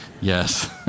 Yes